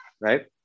right